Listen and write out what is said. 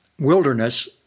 wilderness